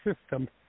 system